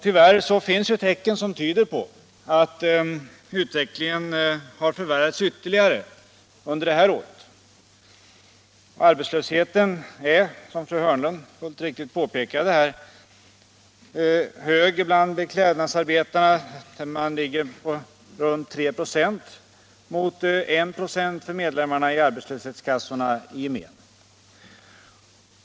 Tyvärr finns tecken som tyder på att utvecklingen har förvärrats ytterligare i år. Arbetslösheten bland beklädnadsarbetarna är, som fru Hörnlund helt riktigt påpekade, hög. Den ligger runt 3 26 mot I ?6 för medlemmarna i arbetslöshetskassorna i gemen.